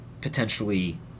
potentially